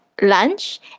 Lunch